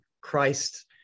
Christ